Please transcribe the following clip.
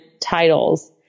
titles